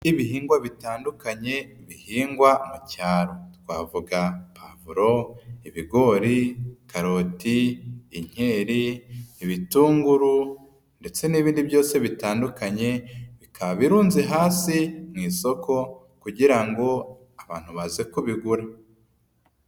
Ibihingwa bitandukanye bihingwa mu cyaro. Twavuga pavuro, ibigori, karoti, inkeri, ibitunguru, ndetse n'ibindi byose bitandukanye, bikaba birunze hasi mu isoko kugira ngo, abantu baze kubigura.